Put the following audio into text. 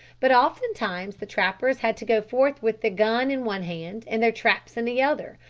but oftentimes the trappers had to go forth with the gun in one hand and their traps in the other,